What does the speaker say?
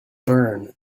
burn